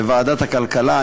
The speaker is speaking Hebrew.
בוועדת הכלכלה.